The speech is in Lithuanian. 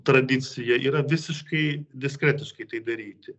tradicija yra visiškai diskretiškai tai daryti